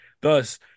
Thus